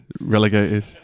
relegated